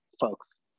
folks